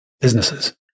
businesses